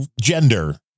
gender